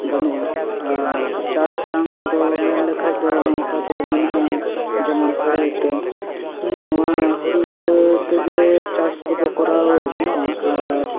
ᱜᱟᱱᱚᱜᱼᱟ ᱟᱨ ᱪᱟᱥ ᱡᱟᱝ ᱫᱚ ᱢᱮᱱ ᱞᱮᱠᱷᱟᱡ ᱫᱚ ᱱᱚᱝᱠᱟ ᱫᱚ ᱢᱮᱱᱟᱜᱼᱟ ᱡᱮᱢᱚᱱ ᱦᱳᱲᱳ ᱤᱛᱟᱹ ᱱᱚᱣᱟ ᱦᱳᱲᱳ ᱤᱛᱟᱹ ᱛᱮᱜᱮ ᱪᱟᱥ ᱠᱚᱫᱚ ᱠᱚᱨᱟᱣ ᱜᱟᱱᱚᱜᱼᱟ ᱟᱨ